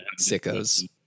Sickos